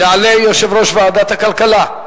יעלה יושב-ראש ועדת הכלכלה,